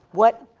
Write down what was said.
what,